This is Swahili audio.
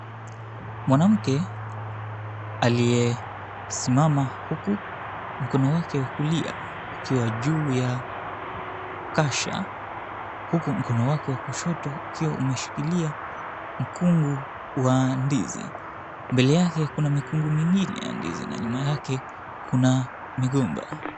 Mwanamke aliyesimama huku mkono wake wa kulia ukiwa juu ya kasha huku mkono wake wa kushoto ukiwa umeshikilia mkungu wa ndizi. Mbele yake kuna mikungu mingine ya ndizi na nyuma yake kuna migomba.